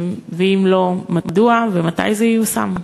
3. אם לא, מדוע ומתי זה ייושם?